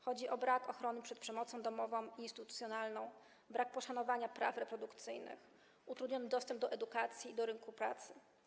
Chodzi o brak ochrony przed przemocą domową i instytucjonalną, brak poszanowania praw reprodukcyjnych, utrudniony dostęp do edukacji, do rynku pracy.